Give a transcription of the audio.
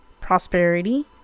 prosperity